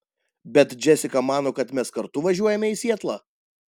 bet džesika mano kad mes kartu važiuojame į sietlą